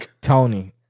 Tony